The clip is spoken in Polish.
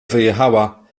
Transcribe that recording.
wyjechała